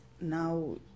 now